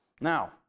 Now